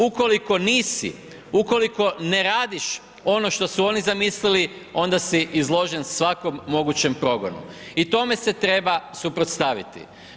Ukoliko nisi, ukoliko ne radiš ono što su oni zamislili, onda si izložen svakom mogućem progonu i tome se treba suprotstaviti.